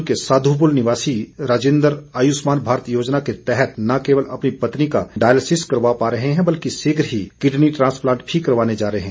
सोलन के साध्यपुल निवासी राजेन्द्र आयुष्मान भारत योजना के तहत न् केवल अपनी पत्नी का डायलिसिस करवा पा रहे हैं बल्कि शीघ ही किडनी द्वांसप्लांट भी करवाने जा रहे हैं